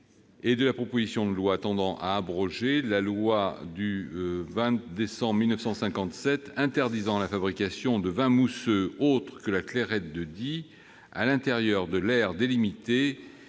et de la proposition de loi tendant à abroger la loi n° 57-1286 du 20 décembre 1957 interdisant la fabrication de vins mousseux autres que la « Clairette de Die » à l'intérieur de l'aire délimitée